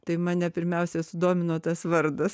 tai mane pirmiausiai sudomino tas vardas